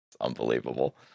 Unbelievable